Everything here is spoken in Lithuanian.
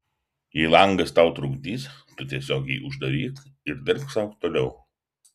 jei langas tau trukdys tu tiesiog jį uždaryk ir dirbk sau toliau